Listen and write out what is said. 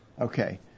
Okay